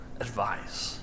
advice